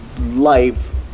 life